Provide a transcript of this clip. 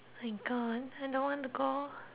my god I don't want to go